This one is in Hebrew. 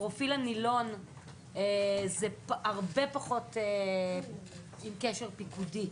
פרופיל --- הוא הרבה פחות עם קשר פיקודי.